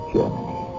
Germany